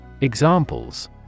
Examples